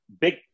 Big